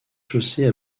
chaussée